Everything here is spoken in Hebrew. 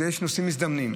יש נוסעים מזדמנים.